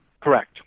Correct